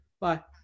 Bye